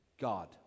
God